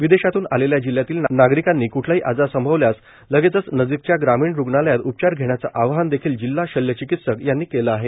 विदेशातून आलेल्या जिह्यातील नागरिकांनी क्ठलाही आजार संभवल्यास लगेचच नजीकच्या ग्रामीण रुग्णालयात यपचार घेण्याचे आव्हान देखील जिल्हा शल्य चिकित्सक यांनी केली आहे